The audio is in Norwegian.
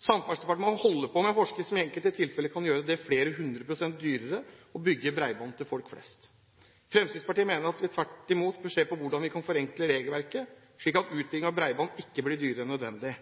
Samferdselsdepartementet holder på med en forskrift som i enkelte tilfeller kan gjøre det flere hundre prosent dyrere å bygge bredbånd til folk flest. Fremskrittspartiet mener at vi tvert imot bør se på hvordan vi kan forenkle regelverket slik at utbyggingen av bredbånd ikke blir dyrere enn nødvendig.